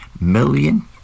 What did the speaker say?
million